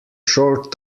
short